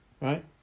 Right